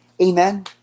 Amen